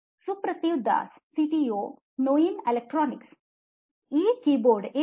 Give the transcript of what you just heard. ಸುಪ್ರತಿವ್ Das C T O ನೋಯಿನ್ electronics ಈ keyboard ಏಕೆ